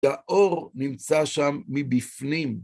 האור נמצא שם מבפנים.